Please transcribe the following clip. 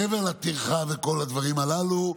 מעבר לטרחה ולכל הדברים הללו,